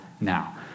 now